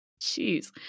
Jeez